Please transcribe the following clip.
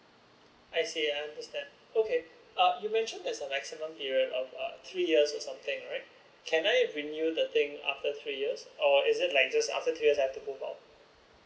I see I understand okay uh you mentioned there is a maximum period of three years or something right can I renew the thing after three years or is it like just after three years I have to move out